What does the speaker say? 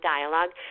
Dialogue